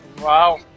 Wow